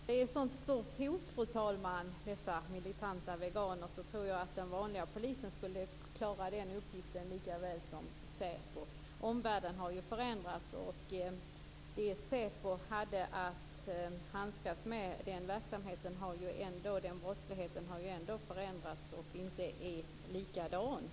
Fru talman! Om nu dessa militanta veganer är ett sådant stort hot tror jag att den vanliga polisen skulle klara den uppgiften lika väl som SÄPO. Omvärlden har ju förändrats. Den brottslighet SÄPO hade att handskas med har också förändrats och är inte längre likadan.